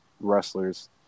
wrestlers